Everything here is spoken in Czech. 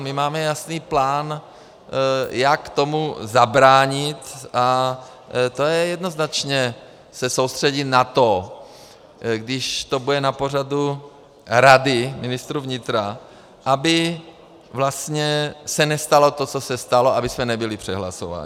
My máme jasný plán, jak tomu zabránit, a to je jednoznačně se soustředit na to, když to bude na pořadu Rady ministrů vnitra, aby se nestalo to, co se stalo, abychom nebyli přehlasováni.